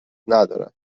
ندارن